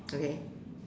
okay